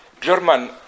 German